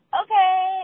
okay